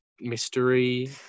mystery